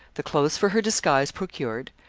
the clothes for her disguise procured,